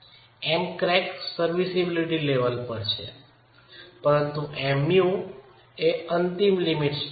Mcrack serviceability level પર છે પરંતુ Mu એ અંતિમ લિમિટ સ્ટેટ છે